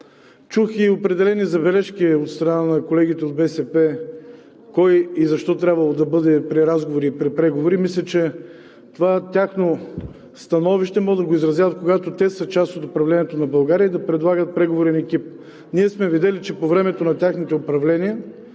Чух и определени забележки от страна на колегите от БСП кой и защо трябвало да бъде при разговори и при преговори. Мисля, че това тяхно становище могат да го изразяват, когато са част от управлението на България и да предлагат преговорен екип. Ние сме видели, че по времето на техните управления